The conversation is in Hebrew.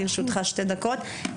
לרשותך שתי דקות.